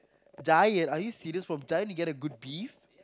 Giant are you serious from Giant you get a good beef